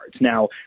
Now